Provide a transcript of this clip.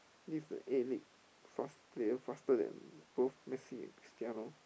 this A-League fast player faster than both Messi and Cristiano